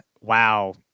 wow